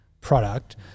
product